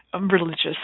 religious